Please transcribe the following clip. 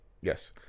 Yes